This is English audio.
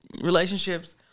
relationships